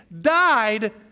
died